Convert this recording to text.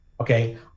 okay